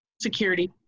security